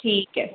ठीक है